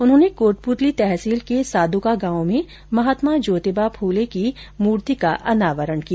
उन्होने कोटपुतली तहसील के सादुका गांव में महात्मा ज्योतिबा फुले की मूर्ति का अनावरण किया